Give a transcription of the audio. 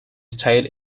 stayed